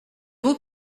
vous